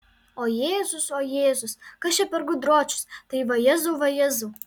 o jėzus o jėzus kas čia per gudročius tai vajezau vajezau